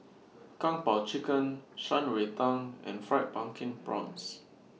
Kung Po Chicken Shan Rui Tang and Fried Pumpkin Prawns